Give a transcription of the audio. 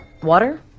Water